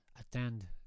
attend